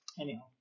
Anyhow